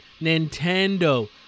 Nintendo